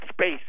space